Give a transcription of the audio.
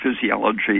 physiology